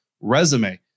resume